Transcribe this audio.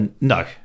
No